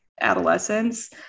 adolescence